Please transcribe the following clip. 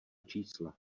čísla